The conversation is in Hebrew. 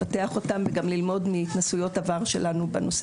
לפתח אותם וגם ללמוד מהתנסויות עבר שלנו.